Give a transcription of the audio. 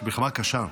של מלחמה קשה,